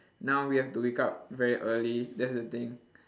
now we have to wake up very early that's the thing